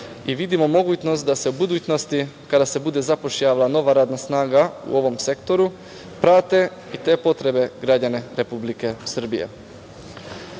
i vidimo mogućnost da se u budućnosti kada se bude zapošljavala nova radna snaga u ovom sektoru prate i te potrebe građana Republike Srbije. Važno